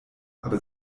aber